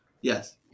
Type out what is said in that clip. Yes